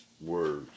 words